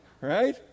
Right